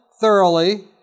thoroughly